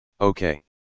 okay